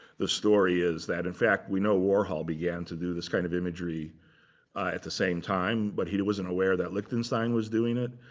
the story is that in fact, we know warhol began to do this kind of imagery at the same time, but he wasn't aware that lichtenstein was doing it.